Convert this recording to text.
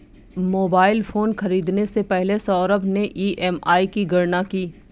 mobile phone खरीदने से पहले सौरभ ने ई.एम.आई की गणना की